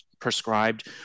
prescribed